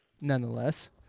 nonetheless